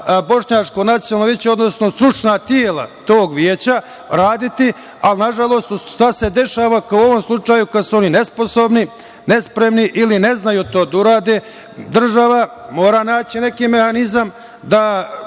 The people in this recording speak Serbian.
bošnjačko nacionalno veće, odnosno stručna tela tog veća raditi, ali nažalost, šta se dešava, kao u ovom slučaju, kada su oni nesposobni, nespremni, ili ne znaju to da urade, država mora naći neki mehanizam da